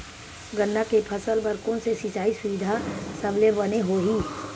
गन्ना के फसल बर कोन से सिचाई सुविधा सबले बने होही?